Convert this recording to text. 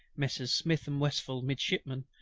messrs. smith and westphall midshipmen,